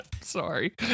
Sorry